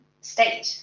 state